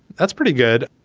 that's pretty good.